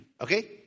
okay